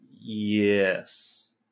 Yes